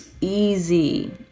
easy